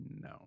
no